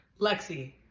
Lexi